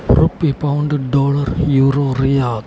rupee pound dollar euro Riyadh